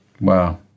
Wow